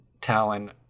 Talon